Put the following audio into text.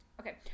Okay